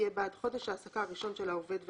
יהיה בעד חודש ההעסקה הראשון של העובד ואילך.